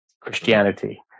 Christianity